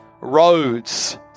roads